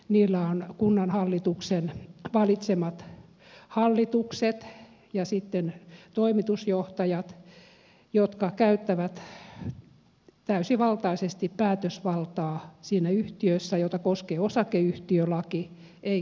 niillä on kunnanhallituksen valitsemat hallitukset ja toimitusjohtajat jotka käyttävät täysivaltaisesti päätösvaltaa siinä yhtiössä jota koskee osakeyhtiölaki ei kuntalaki